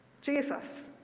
Jesus